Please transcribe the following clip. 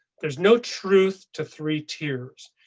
there's no truth to three tiers,